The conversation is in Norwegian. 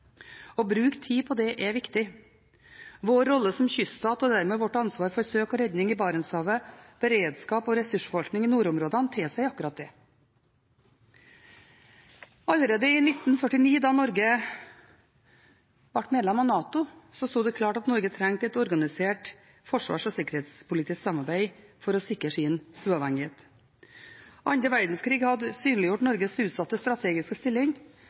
å bruke tid på det er viktig. Vår rolle som kyststat og dermed vårt ansvar for søk og redning i Barentshavet, beredskap og ressursforvaltning i nordområdene tilsier akkurat det. Allerede i 1949, da Norge ble medlem av NATO, sto det klart at Norge trengte et organisert forsvars- og sikkerhetspolitisk samarbeid for å sikre sin uavhengighet. Annen verdenskrig hadde synliggjort Norges utsatte strategiske stilling